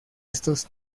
estos